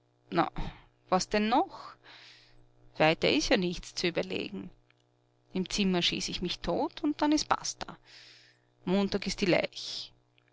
na was denn noch weiter ist ja nichts zu überlegen im zimmer schieß ich mich tot und dann is basta montag ist die leich